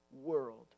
world